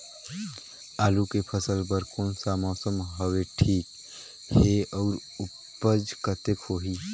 आलू के फसल बर कोन सा मौसम हवे ठीक हे अउर ऊपज कतेक होही?